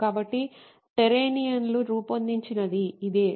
కాబట్టి టెర్రేనియన్లు రూపొందించినది ఇదే